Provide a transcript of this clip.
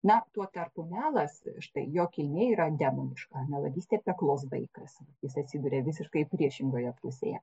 na tuo tarpu melas štai jo kilmė yra demoniška melagystė peklos vaikas jis atsiduria visiškai priešingoje pusėje